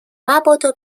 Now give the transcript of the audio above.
مبادا